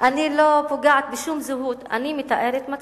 אני לא פוגעת בשום זהות, אני מתארת מצב.